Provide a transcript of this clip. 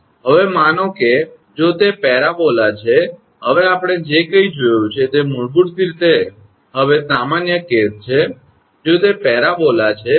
હવે માનો કે જો તે પેરાબોલા છે હવે આપણે જે કંઈ જોયું છે તે મૂળભૂત રીતે હવે સામાન્ય કેસ છે જો તે પેરાબોલા છે